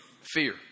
fear